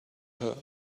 her